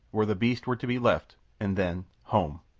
where the beasts were to be left. and then home!